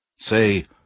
Say